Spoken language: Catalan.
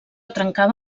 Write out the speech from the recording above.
trencava